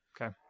Okay